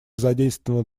задействована